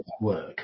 work